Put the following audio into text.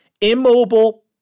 Immobile